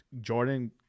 Jordan